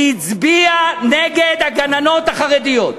והיא הצביעה נגד הגננות החרדיות,